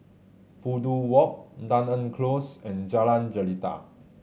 Fudu Walk Dunearn Close and Jalan Jelita